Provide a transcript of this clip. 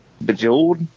Bejeweled